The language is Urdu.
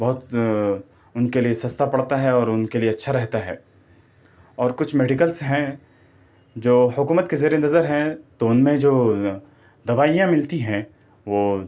بہت اُن کے لیے سستا پڑتا ہے اور ان کے لیے اچّھا رہتا ہے اور کچھ میڈیکلس ہیں جو حکومت کے زیرِ نظر ہیں تو ان میں جو دوائیاں ملتی ہیں وہ